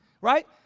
right